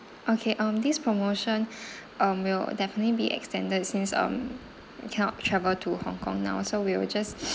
okay um this promotion um will definitely be extended since um we cannot travel to hong kong now so we will just